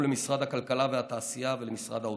למשרד הכלכלה והתעשייה ולמשרד האוצר,